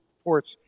reports